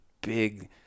big